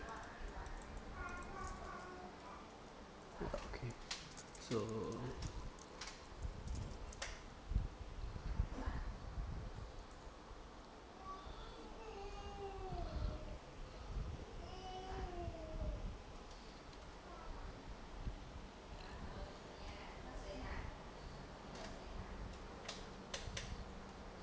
ya okay so